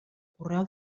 correu